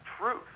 truth